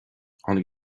tháinig